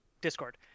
discord